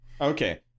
Okay